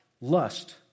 lust